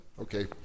Okay